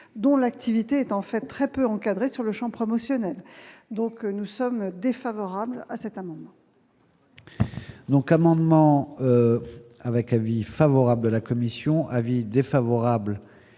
dont l'activité est en fait très peu encadré sur-le-champ promotionnels, donc nous sommes défavorables à cet amendement. Donc amendement avec l'avis favorable de la commission avis défavorable